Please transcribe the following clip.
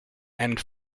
and